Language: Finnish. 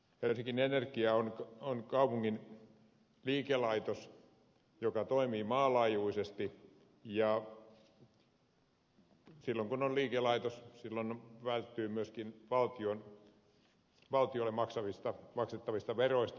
helsingin energia on kaupungin liikelaitos joka toimii maanlaajuisesti ja silloin kun on liikelaitos välttyy myöskin valtiolle maksettavista veroista